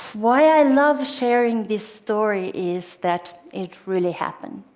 why i love sharing this story is that it really happened.